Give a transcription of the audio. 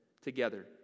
Together